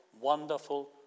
wonderful